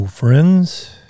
Friends